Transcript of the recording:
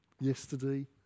yesterday